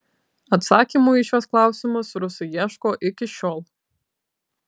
atsakymų į šiuos klausimus rusai ieško iki šiol